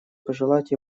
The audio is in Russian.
пожелать